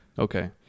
Okay